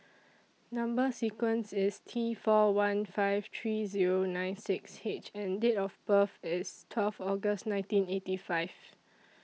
Number sequence IS T four one five three Zero nine six H and Date of birth IS twelve August nineteen eighty five